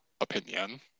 opinion